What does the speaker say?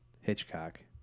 Hitchcock